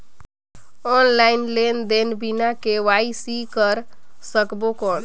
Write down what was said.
Online लेनदेन बिना KYC कर सकबो कौन??